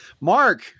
Mark